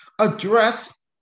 Address